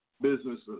businesses